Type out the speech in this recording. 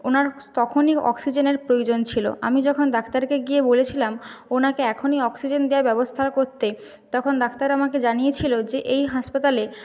ওনার তখনই অক্সিজেনের প্রয়োজন ছিল আমি যখন ডাক্তারকে গিয়ে বলেছিলাম ওনাকে এখনই অক্সিজেন দেওয়ার ব্যবস্থা করতে তখন ডাক্তার আমাকে জানিয়েছিলো যে এই হাসপাতালে